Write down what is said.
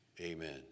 Amen